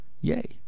Yay